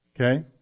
Okay